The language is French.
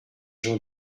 jean